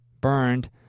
burned